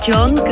John